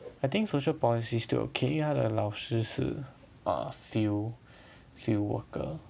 I think social policies is still okay 因为它的老师是 err field field worker